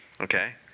okay